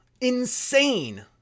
Insane